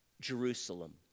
Jerusalem